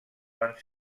van